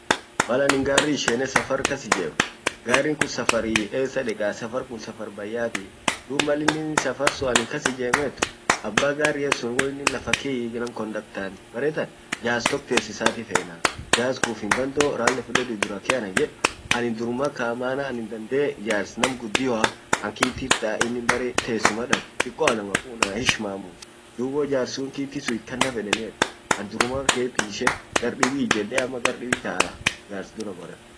mal an garri ishene safar kas ijem garrin kun safar essa dekaa safar kun safar bayatii dub malin safar sun safar kas ijemet abba garria sun woin lafa kei nam kondaktan bare tan jars tok tesisati fena rale, jars kun ufin dandeu rale dura key anan yeden anin duruma kaa maana anin dandee jars nam guddio an kitirta innin bare resuma dab diko ana makunaa hishmamuu dub wojarsun kiti sun itakanna fedenit an duruma kee pishe gar dibi ijjede ama gar dibbi taa.